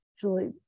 Julie